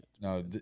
No